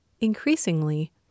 Increasingly